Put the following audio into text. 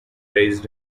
raised